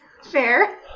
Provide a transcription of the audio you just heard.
Fair